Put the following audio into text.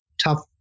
tough